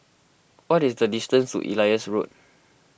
what is the distance to Elias Road